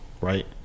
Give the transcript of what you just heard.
right